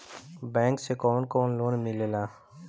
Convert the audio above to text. Bank से कौन कौन लोन मिलेला?